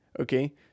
Okay